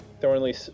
Thornley